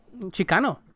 Chicano